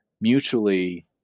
mutually